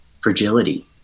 fragility